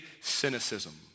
cynicism